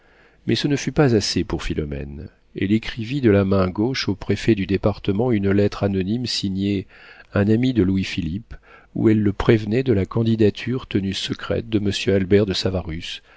mais ce ne fut pas assez pour philomène elle écrivit de la main gauche au préfet du département une lettre anonyme signée un ami de louis-philippe où elle le prévenait de la candidature tenue secrète de monsieur albert de savarus